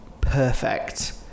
perfect